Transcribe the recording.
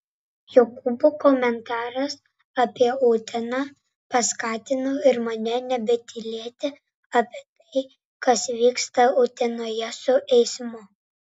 jokūbo komentaras apie uteną paskatino ir mane nebetylėti apie tai kas vyksta utenoje su eismu